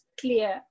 clear